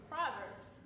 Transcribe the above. Proverbs